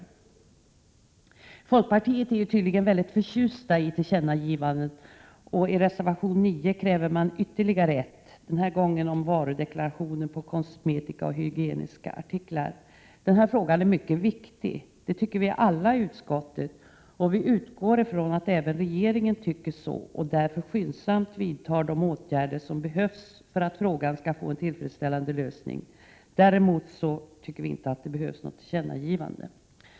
I folkpartiet är man tydligen väldigt förtjust i tillkännagivanden, och i reservation 9 kräver man ytterligare ett, denna gång om varudeklaration på kosmetiska och hygieniska artiklar. Den frågan är mycket viktig. Det tycker vi alla i utskottet, och vi utgår från att även regeringen tycker så och därför skyndsamt vidtar de åtgärder som behövs för att frågan skall få en tillfredsställande lösning. Däremot tycker vi inte att det behövs något tillkännagivande.